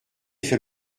fait